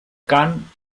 khan